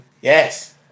Yes